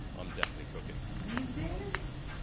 i'm definitely cooking. these days,